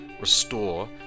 restore